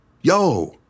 Yo